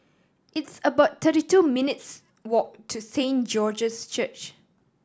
it's about thirty wo minutes' walk to Saint George's Church